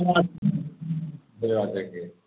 भेजवा देंगे